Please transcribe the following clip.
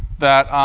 that